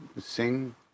sing